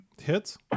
hits